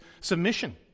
submission